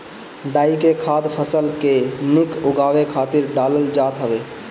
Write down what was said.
डाई के खाद फसल के निक उगावे खातिर डालल जात हवे